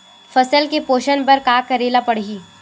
फसल के पोषण बर का करेला पढ़ही?